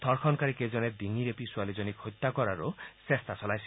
ধৰ্ষণকাৰীকেইজনে ডিঙি ৰেপী ছোৱালীজনীক হত্যা কৰাৰো চেষ্টাও চলাইছিল